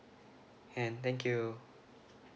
and thank you